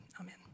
amen